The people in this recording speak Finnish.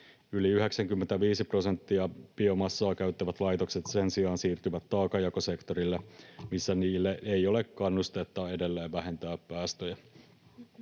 Yli 95 prosenttia biomassaa käyttävät laitokset sen sijaan siirtyvät taakanjakosektorille, missä niille ei ole kannustetta edelleen vähentää päästöjä.